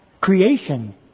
creation